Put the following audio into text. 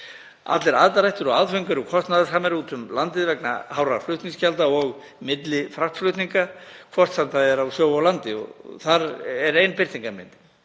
Allir aðdrættir og aðföng eru kostnaðarsamari úti um landið vegna hárra flutningsgjalda og millifraktflutninga, hvort sem það er á sjó og landi, og þar er ein birtingarmynd.